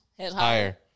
Higher